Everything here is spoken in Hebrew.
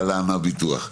להלן הביטוח.